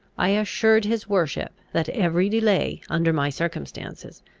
i assured his worship, that every delay, under my circumstances,